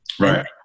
Right